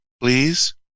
please